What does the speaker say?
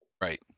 Right